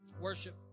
worship